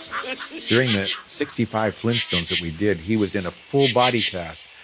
during the sixty five flintstones that we did, he was in a full body cast,